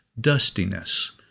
dustiness